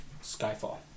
Skyfall